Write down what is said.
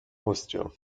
haustür